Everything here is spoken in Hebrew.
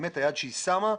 היעד שהיא שמה,